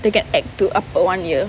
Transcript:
they get act to up to one year